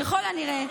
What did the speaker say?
ככל הנראה,